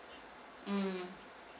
mm